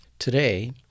Today